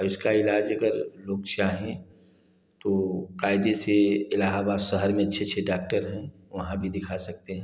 अब इसका इलाज अगर लोग चाहें तो कायदे से इलाहाबाद शहर में अच्छे अच्छे डाक्टर हैं वहाँ भी दिखा सकते हैं